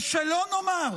ושלא נאמר